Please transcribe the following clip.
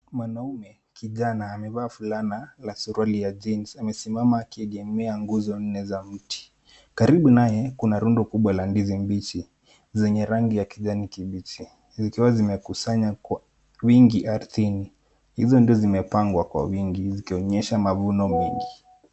Mwanaume kijana amevaa fulana la suruali ya jeans amesimama akiegemea nguzo nne za mti karibu naye kuna rundo kubwa la ndizi mbichi zenye rangi ya kijani kibichi zikiwa zimekusanya kwa uwingi ardhini, hizo ndizo zimepangwa kwa uwingi zikionyesha mavuno mingi.